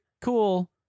cool